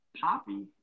Poppy